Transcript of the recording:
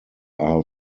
are